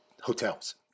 hotels